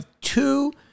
two